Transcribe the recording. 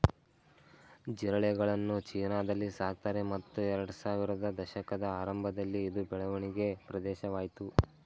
ಜಿರಳೆಗಳನ್ನು ಚೀನಾದಲ್ಲಿ ಸಾಕ್ತಾರೆ ಮತ್ತು ಎರಡ್ಸಾವಿರದ ದಶಕದ ಆರಂಭದಲ್ಲಿ ಇದು ಬೆಳವಣಿಗೆ ಪ್ರದೇಶವಾಯ್ತು